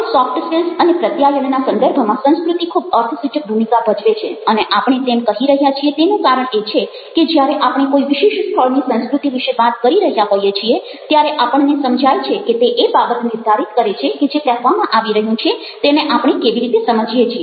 હવે soft skills અને પ્રત્યાયનના સંદર્ભમાં સંસ્કૃતિ ખૂબ અર્થસૂચક ભૂમિકા ભજવે છે અને આપણે તેમ કહી રહ્યા છીએ તેનું કારણ એ છે કે જ્યારે આપણે કોઈ વિશેષ સ્થળની સંસ્કૃતિ વિશે વાત કરી રહ્યા હોઈએ છીએ ત્યારે આપણને સમજાય છે કે તે એ બાબત નિર્ધારિત કરે છે કે જે કહેવામાં આવી રહ્યું છે તેને આપણે કેવી રીતે સમજીએ છીએ